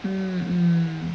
mm mm